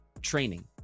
training